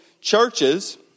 churches